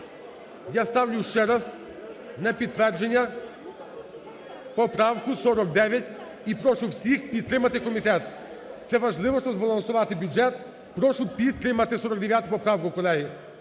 Я ставлю ще раз на підтвердження поправку 49 і прошу всіх підтримати комітет. Це важливо, щоб збалансувати бюджет. Прошу підтримати 49 поправку, колеги.